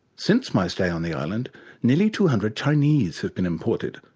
since my stay on the island nearly two hundred chinese have been imported,